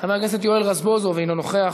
חבר הכנסת יואל רזבוזוב, אינו נוכח.